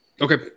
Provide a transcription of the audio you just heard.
Okay